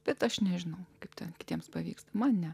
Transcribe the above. bet aš nežinau kaip ten kitiems pavyksta mane